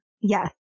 Yes